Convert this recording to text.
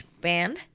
band